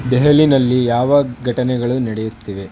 ದೆಹಲಿಯಲ್ಲಿ ಯಾವ ಘಟನೆಗಳು ನಡೆಯುತ್ತಿವೆ